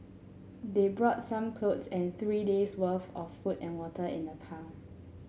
they brought some clothes and three days'worth of food and water in the car